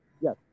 Yes